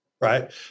right